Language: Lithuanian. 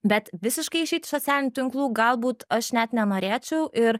bet visiškai išeit iš socialinių tinklų galbūt aš net nenorėčiau ir